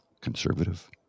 conservative